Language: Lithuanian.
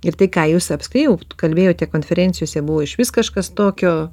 ir tai ką jūs apskai jau kalbėjote konferencijose buvo išvis kažkas tokio